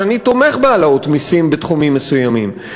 שאני תומך בהעלאות מסים בתחומים מסוימים,